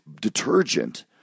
detergent